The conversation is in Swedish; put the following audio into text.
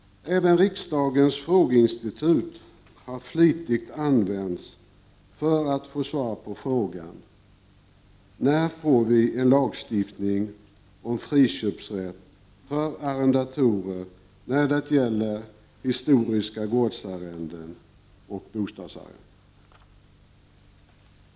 Även riksdagens frågeinstitut har flitigt använts för att få svar på frågan: När får vi en lagstiftning om friköpsrätt för arrendatorer när det gäller historiska gårdsarrenden och bostadsarrenden?